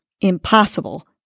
Impossible